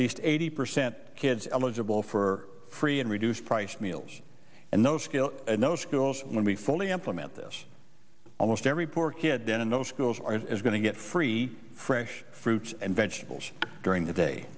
least eighty percent kids eligible for free and reduced price meals and no skill and no skills when we fully implement this almost every poor kid in those schools or is going to get free fresh fruits and vegetables during the day